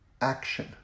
action